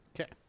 Okay